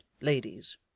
ladies